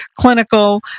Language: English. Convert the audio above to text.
clinical